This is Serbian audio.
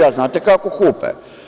Znate kako kupe?